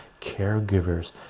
caregivers